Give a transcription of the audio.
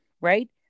right